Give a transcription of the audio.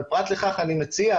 אבל פרט לכם אני מציע,